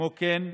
כמו כן,